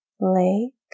Lake